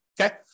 Okay